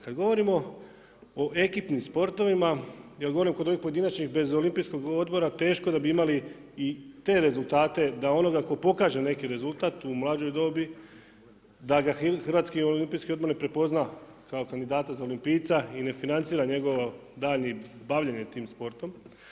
Kad govorimo o ekipnim sportovima, ja govorim, kod ovih pojedinačnih, bez Olimpijskih odbora, teško da bi imali i te rezultate, da onoga tko pokaže neki rezultat u mlađoj dobi da ga HOO ne prepozna kao kandidata za olimpijca i ne financira njegovo daljnje bavljenje tim sportom.